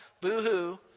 boo-hoo